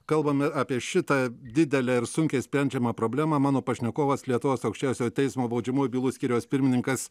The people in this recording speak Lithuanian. kalbame apie šitą didelę ir sunkiai sprendžiamą problemą mano pašnekovas lietuvos aukščiausiojo teismo baudžiamųjų bylų skyriaus pirmininkas